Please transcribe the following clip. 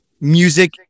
Music